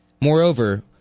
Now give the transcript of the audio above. Moreover